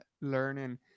learning